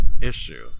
issue